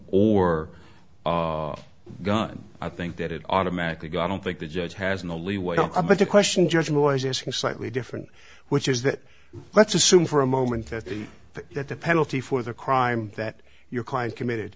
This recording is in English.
or gun i think that it automatically go i don't think the judge has in the leeway but the question judge was asking slightly different which is that let's assume for a moment that the that the penalty for the crime that your client committed